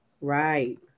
Right